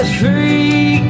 free